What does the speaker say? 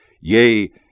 yea